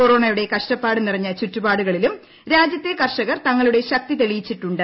കൊറോണയുടെ കഷ്ടപ്പാട് നിറഞ്ഞ ചുറ്റുപാടുകളിലും രാജ്യത്തെ കർഷകർ തങ്ങളുടെ ശക്തി തെളിയിച്ചിട്ടുണ്ട്